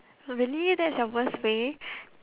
oh really that's your worst way